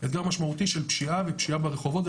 של פשיעה ופשיעה ברחובות,